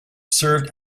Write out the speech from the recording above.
served